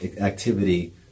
activity